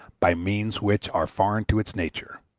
by means which are foreign to its nature.